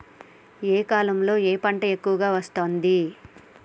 ఏ కాలంలో ఏ పంట ఎక్కువ వస్తోంది?